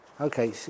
Okay